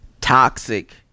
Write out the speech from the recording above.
Toxic